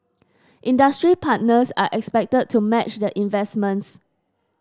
industry partners are expected to match the investments